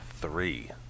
three